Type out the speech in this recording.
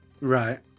Right